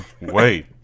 Wait